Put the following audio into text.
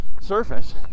surface